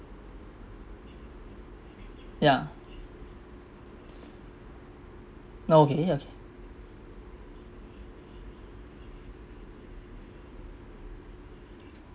yeah okay yeah